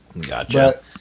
Gotcha